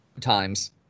times